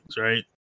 right